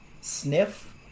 sniff